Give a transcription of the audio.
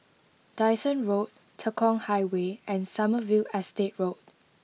Dyson Road Tekong Highway and Sommerville Estate Road